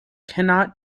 cannot